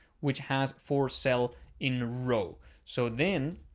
which has for cell in row. so then